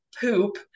poop